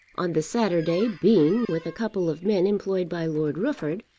on the saturday bean with a couple of men employed by lord rufford,